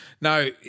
No